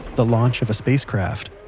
the launch of a spacecraft.